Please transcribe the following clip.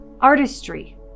artistry